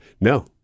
No